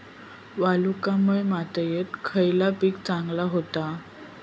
वालुकामय मातयेत खयला पीक चांगला होता?